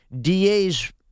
DA's